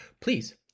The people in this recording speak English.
please